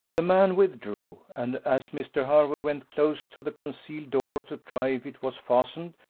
the man withdrew and as mr. hervey went close to the concealed door, to try if it was fastened,